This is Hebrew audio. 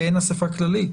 כמעין אסיפה כללית.